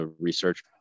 research